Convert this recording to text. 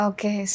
Okay